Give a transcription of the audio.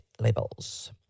labels